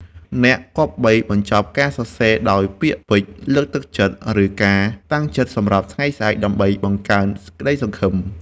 អ្នកគប្បីបញ្ចប់ការសរសេរដោយពាក្យពេចន៍លើកទឹកចិត្ត ឬការតាំងចិត្តសម្រាប់ថ្ងៃស្អែក ដើម្បីបង្កើនក្ដីសង្ឃឹម។